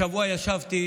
השבוע ישבתי